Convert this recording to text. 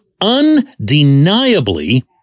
undeniably